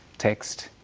text,